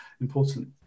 important